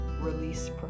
release